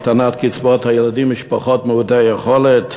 מהקטנת קצבאות הילדים למשפחות מעוטות יכולת?